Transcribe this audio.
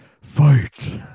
fight